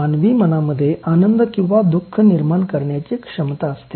मानवी मनामध्ये आनंद किंवा दुःख निर्माण करण्याची क्षमता असते